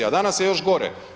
A danas je još gore.